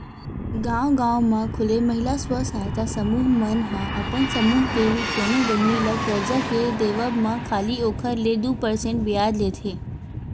गांव गांव म खूले महिला स्व सहायता समूह मन ह अपन समूह के ही कोनो बहिनी ल करजा के देवब म खाली ओखर ले दू परसेंट बियाज लेथे